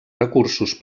recursos